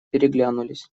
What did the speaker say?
переглянулись